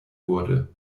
wurde